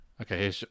Okay